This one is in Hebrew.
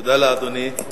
תודה לאדוני.